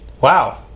wow